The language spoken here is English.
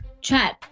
chat